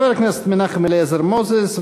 חבר הכנסת מנחם אליעזר מוזס,